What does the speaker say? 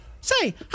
Say